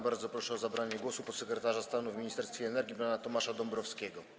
Bardzo proszę o zabranie głosu podsekretarza stanu w Ministerstwie Energii pana Tomasza Dąbrowskiego.